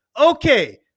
Okay